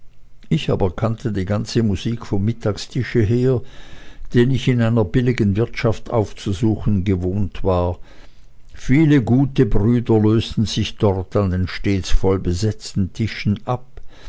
ich aber kannte die ganze musik vom mittagstische her den ich in einer billigen wirtschaft aufzusuchen gewohnt war viele gute brüder lösten sich dort an den stets vollbesetzten tischen täglich ab